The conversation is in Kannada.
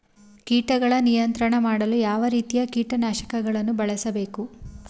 ಕೀಟಗಳ ನಿಯಂತ್ರಣ ಮಾಡಲು ಯಾವ ರೀತಿಯ ಕೀಟನಾಶಕಗಳನ್ನು ಬಳಸಬೇಕು?